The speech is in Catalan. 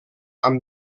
amb